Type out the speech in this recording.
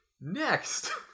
Next